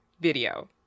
video